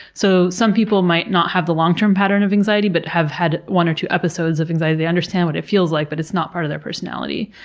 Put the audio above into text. so, some people might not have the long-term pattern of anxiety, but have had one or two episodes of anxiety. they understand what it feels like but it's not part of their personality.